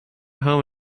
home